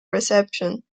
reception